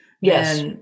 Yes